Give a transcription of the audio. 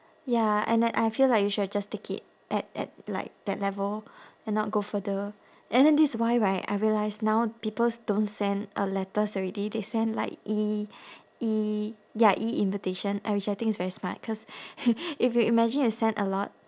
ya and that I feel like you should have just take it at at like that level and not go further and then this why right I realise now peoples don't send uh letters already they send like E E ya E invitation and which I think is very smart cause if you imagine you send a lot